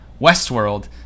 Westworld